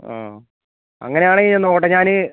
ആ അങ്ങനെ ആണെങ്കിൽ ഞാൻ നോക്കട്ടെ ഞാൻ